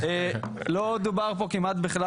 לא דובר פה כמעט בכלל,